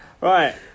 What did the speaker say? Right